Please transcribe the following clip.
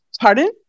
Pardon